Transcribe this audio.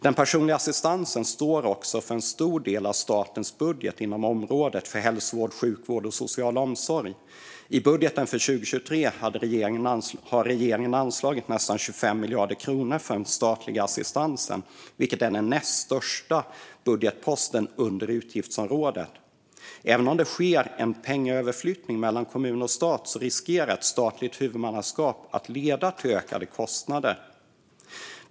Den personliga assistansen står också för en stor del av statens budget inom området hälsovård, sjukvård och social omsorg. I budgeten för 2023 har regeringen anslagit nästan 25 miljarder kronor för den statliga assistansen, vilket är den näst största budgetposten under utgiftsområdet. Även om det sker en pengaöverflyttning mellan kommun och stat riskerar ett statligt huvudmannaskap att leda till ökade kostnader.